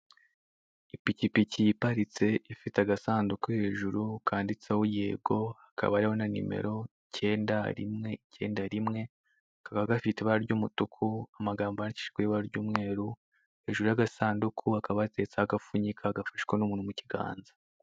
Ipikipiki iparitse, ifite agasunduku hejuru kanditseho yego, hakaba hariho na nimero, icyenda rimwe, icyenda rimwe. Kakaba gafite ibara ry'umutuku, amagambo yandikishijwe ibara ry'umweru. Hejuru y'agasanduku hakaba hateretseho agapfunyika gafashwe n'umuntu mu kiganza.